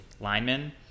linemen